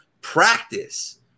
Practice